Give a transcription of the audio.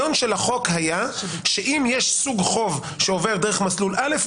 היה שאם יש סוג חוב שעובר דרך מסלול א',